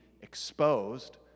exposed